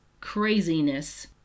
craziness